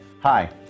Hi